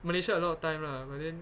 malaysia a lot of time lah but then